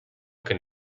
can